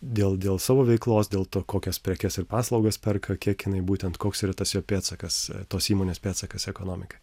dėl dėl savo veiklos dėl to kokias prekes ir paslaugas perka kiek jinai būtent koks yra tas jo pėdsakas tos įmonės pėdsakas ekonomikai